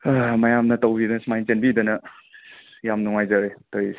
ꯃꯌꯥꯝꯅ ꯇꯧꯕꯤꯗꯅ ꯁꯨꯃꯥꯏꯅ ꯆꯦꯟꯕꯤꯗꯅ ꯌꯥꯝꯅ ꯅꯨꯡꯉꯥꯏꯖꯔꯦ ꯇꯧꯔꯤꯁꯦ